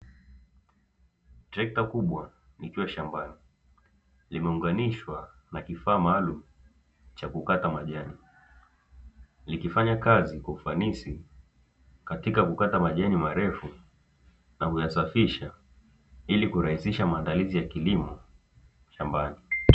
Trekta kubwa likiwa shambani limeunganishwa na kifaa maalumu cha kukata majani, likifanya kazi kwa ufanisi katika kukata majani marefu, na kuyasafisha ili kurahisisha maandalizi ya kilimo shambani.